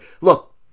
Look